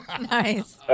Nice